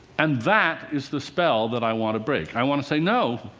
and that is the spell that i want to break. i want to say, no,